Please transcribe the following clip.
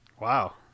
Wow